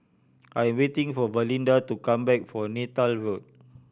I am waiting for Valinda to come back from Neythal Road